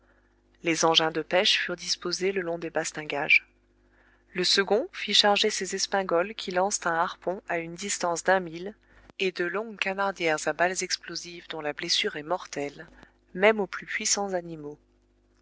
les engins de pêche furent disposés le long des bastingages le second fit charger ces espingoles qui lancent un harpon à une distance d'un mille et de longues canardières à balles explosives dont la blessure est mortelle même aux plus puissants animaux